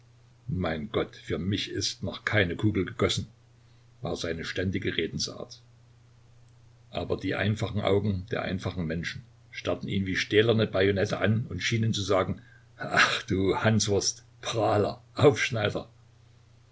mein gott für mich ist noch keine kugel gegossen war seine ständige redensart aber die einfachen augen der einfachen menschen starrten ihn wie stählerne bajonette an und schienen zu sagen ach du hanswurst prahler aufschneider